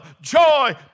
joy